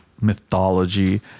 mythology